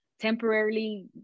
temporarily